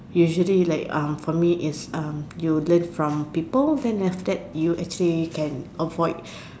usually like um for me is um you learn from people then after that you actually can avoid